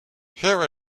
here